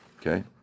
Okay